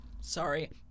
Sorry